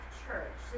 church